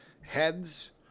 Heads